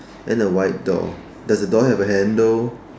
and a white door does the door have a handle